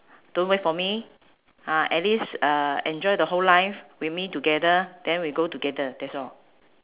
don't wait for me uh at least uh enjoy the whole life with me together then we go together that's all